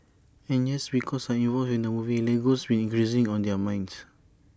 and yes because I'm involved in the movie Lego's been increasingly on their minds